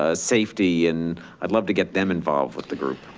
ah safety, and i'd love to get them involved with the group.